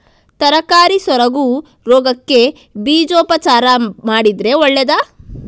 ತರಕಾರಿ ಸೊರಗು ರೋಗಕ್ಕೆ ಬೀಜೋಪಚಾರ ಮಾಡಿದ್ರೆ ಒಳ್ಳೆದಾ?